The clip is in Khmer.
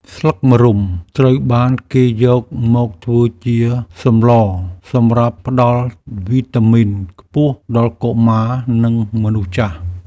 ស្លឹកម្រុំត្រូវបានគេយកមកធ្វើជាសម្លសម្រាប់ផ្តល់វីតាមីនខ្ពស់ដល់កុមារ និងមនុស្សចាស់។